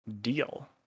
deal